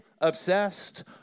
obsessed